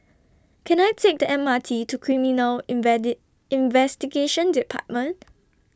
Can I Take The M R T to Criminal invade Investigation department